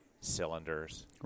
cylinders